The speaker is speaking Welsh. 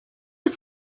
wyt